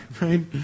right